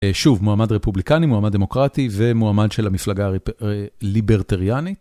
שוב, מועמד רפובליקני, מועמד דמוקרטי ומועמד של המפלגה הליברטריאנית.